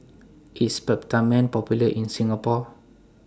IS Peptamen Popular in Singapore